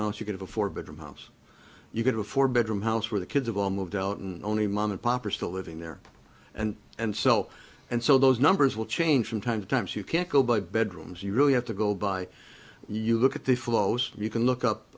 house you could have a four bedroom house you could have four bedroom house where the kids of all move delton only mom and pop are still living there and and so and so those numbers will change from time to time so you can't go by bedrooms you really have to go by you look at the flows you can look up